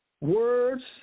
words